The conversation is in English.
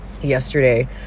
Yesterday